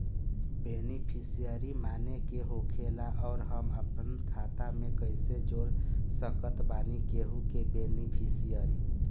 Beneficiary माने का होखेला और हम आपन खाता मे कैसे जोड़ सकत बानी केहु के बेनीफिसियरी?